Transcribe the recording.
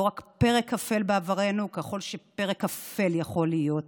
לא רק פרק אפל בעברנו, אפל ככל שיכול להיות,